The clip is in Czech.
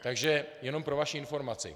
Takže jenom pro vaši informaci.